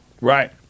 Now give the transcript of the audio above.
Right